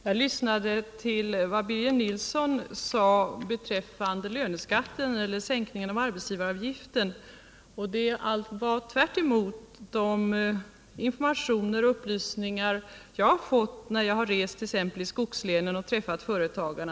Herr talman! Jag lyssnade till vad Birger Nilsson sade beträffande sänkningen av arbetsgivaravgiften, och det var tvärtemot de informationer jag har fått när jag har rest, t.ex. i skogslänen, och träffat företagarna.